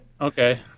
Okay